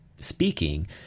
speaking